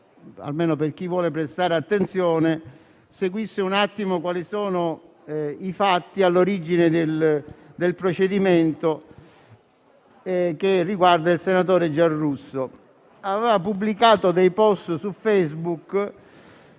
almeno per chi vuole prestare attenzione - seguisse quali sono i fatti all'origine del procedimento che riguarda il senatore Giarrusso. Egli aveva pubblicato su Facebook